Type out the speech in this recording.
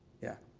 yeah.